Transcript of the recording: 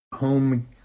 home